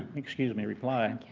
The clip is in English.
excuse me, reply.